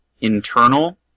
internal